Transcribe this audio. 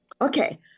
Okay